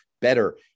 better